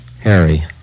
Harry